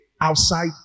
outside